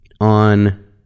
on